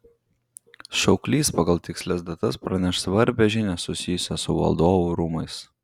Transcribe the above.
šauklys pagal tikslias datas praneš svarbią žinią susijusią su valdovų rūmais